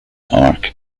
arc